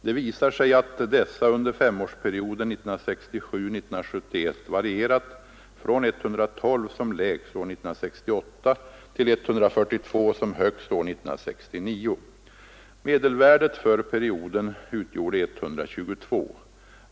Det visar sig att dessa under femårsperioden 1967—1971 varierat från 112 som lägst år 1968 till 142 som högst år 1969. Medelvärdet för perioden utgjorde 122.